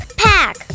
pack